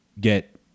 get